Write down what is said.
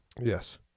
Yes